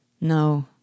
No